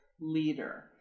leader